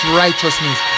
righteousness